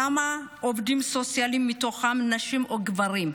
כמה מבין העובדים הסוציאליים הם נשים או גברים.